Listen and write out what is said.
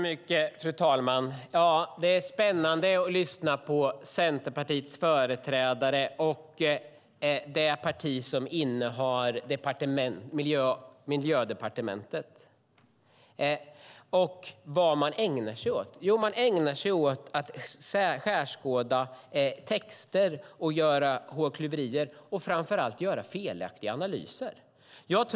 Fru talman! Det är spännande att lyssna på Centerpartiets företrädare. Det är det parti som innehar Miljödepartementet. Vad man ägnar sig åt är skärskådning av texter, hårklyverier och framför allt felaktiga analyser.